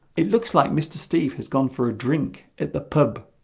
it looks like mr. steve has gone for a drink at the pub